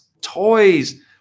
Toys